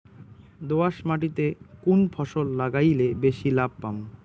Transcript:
দোয়াস মাটিতে কুন ফসল লাগাইলে বেশি লাভ পামু?